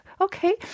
Okay